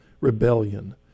rebellion